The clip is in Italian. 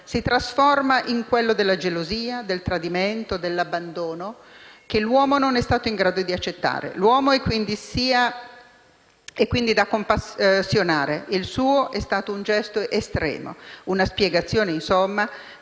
si trasforma in quello della gelosia, del tradimento, dell'abbandono che l'uomo non è stato in grado di accettare. L'uomo è quindi da compassionare: il suo è stato un gesto estremo. Una spiegazione, insomma,